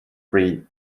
free